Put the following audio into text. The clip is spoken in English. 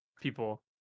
people